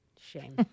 Shame